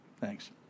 Thanks